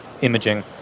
imaging